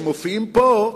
שמופיעים פה,